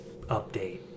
update